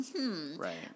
Right